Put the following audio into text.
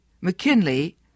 McKinley